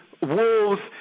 wolves